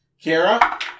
Kira